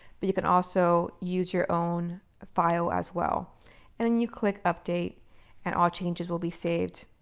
but you can also use your own file as well and then you click update and all changes will be saved.